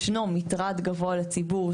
ישנו מטרד גבוה יותר לציבור,